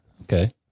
Okay